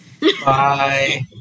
Bye